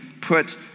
put